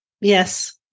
yes